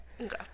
Okay